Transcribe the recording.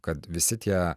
kad visi tie